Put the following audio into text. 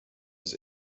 his